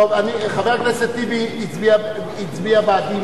חבר הכנסת טיבי הצביע בעד,